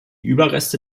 überreste